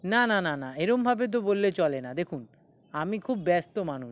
না না না না এরমভাবে তো বললে চলে না দেখুন আমি খুব ব্যস্ত মানুষ